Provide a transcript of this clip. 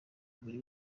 buri